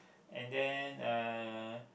and then uh